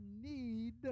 need